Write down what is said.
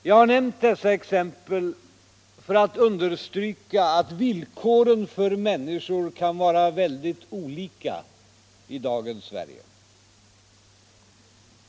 Jag har nämnt dessa exempel för att understryka att villkoren för människor kan vara mycket olika i dagens Sverige.